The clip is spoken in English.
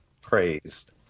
praised